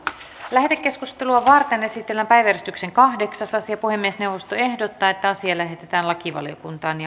lähetekeskustelua varten esitellään päiväjärjestyksen kahdeksas asia puhemiesneuvosto ehdottaa että asia lähetetään lakivaliokuntaan